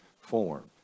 form